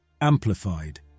amplified